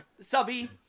Subby